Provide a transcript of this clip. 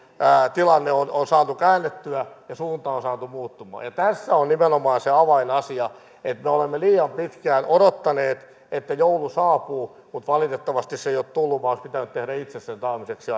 tilanne on on saatu käännettyä ja suunta on saatu muuttumaan tässä on nimenomaan se avain asia että me olemme liian pitkään odottaneet että joulu saapuu mutta valitettavasti se ei ole tullut vaan pitää tehdä itse sen saamiseksi